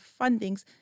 fundings